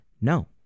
no